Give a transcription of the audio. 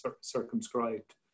circumscribed